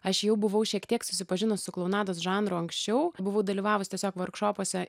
aš jau buvau šiek tiek susipažinus su klounados žanru anksčiau buvau dalyvavus tiesiog vorkšopuose